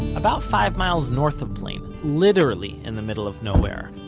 about five miles north of plain, literally in the middle of nowhere,